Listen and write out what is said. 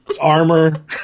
armor